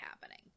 happening